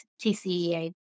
TCEA